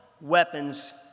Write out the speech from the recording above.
weapons